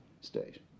state